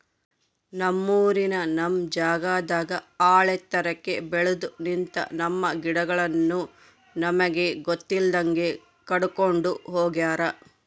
ನಮ್ಮೂರಿನ ನಮ್ ಜಾಗದಾಗ ಆಳೆತ್ರಕ್ಕೆ ಬೆಲ್ದು ನಿಂತ, ನಮ್ಮ ಗಿಡಗಳನ್ನು ನಮಗೆ ಗೊತ್ತಿಲ್ದಂಗೆ ಕಡ್ಕೊಂಡ್ ಹೋಗ್ಯಾರ